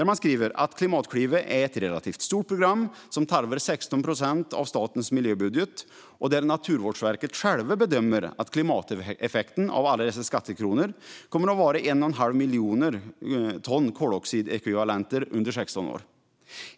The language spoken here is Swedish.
Man skriver där att Klimatklivet är ett relativt stort program som tarvar 16 procent av statens miljöbudget och att Naturvårdsverket självt bedömer att klimateffekten av alla dessa skattekronor kommer att vara 1,5 miljoner ton koldioxidekvivalenter under 16 år.